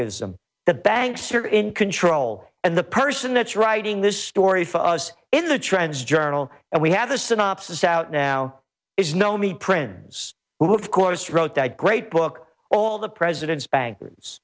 ism the banks are in control and the person that's writing this story for us in the trends journal and we have the synopsis out now is no me prinz of course wrote that great book all the president's bankers